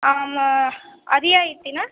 ಆಮ ರಿಯಾಯಿತಿನ